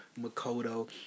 Makoto